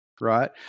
Right